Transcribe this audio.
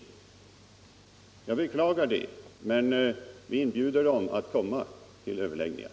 Jag beklagar det, men vi inbjuder dem nu att komma till överläggningar.